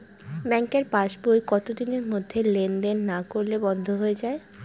ব্যাঙ্কের পাস বই কত দিনের মধ্যে লেন দেন না করলে বন্ধ হয়ে য়ায়?